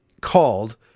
called